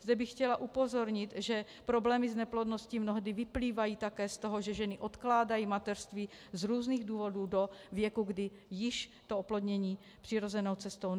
Zde bych chtěla upozornit, že problémy s neplodností mnohdy vyplývají také z toho, že ženy odkládají mateřství z různých důvodů do věku, kdy již oplodnění přirozenou cestou